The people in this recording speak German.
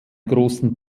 großen